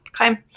okay